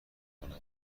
کنم